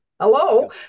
hello